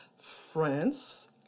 France